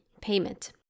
payment